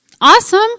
Awesome